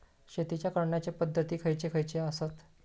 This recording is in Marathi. शेतीच्या करण्याचे पध्दती खैचे खैचे आसत?